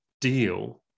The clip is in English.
deal